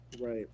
Right